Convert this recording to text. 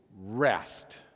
rest